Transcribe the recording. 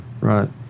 right